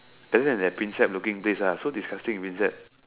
better than the Prinsep looking place lah so disgusting Prinsep